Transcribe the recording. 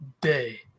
day